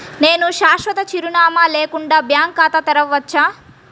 నేను శాశ్వత చిరునామా లేకుండా బ్యాంక్ ఖాతా తెరవచ్చా?